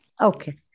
Okay